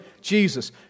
Jesus